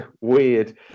weird